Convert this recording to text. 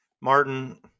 Martin